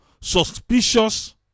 suspicious